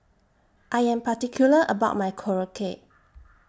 I Am particular about My Korokke